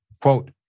Quote